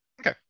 Okay